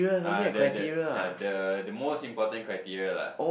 ah that that ya the the most important criteria lah